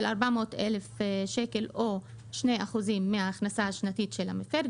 של 400,000 שקל או 2% מההכנסה השנתית של המפר.